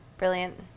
Brilliant